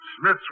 Smith's